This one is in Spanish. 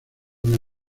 una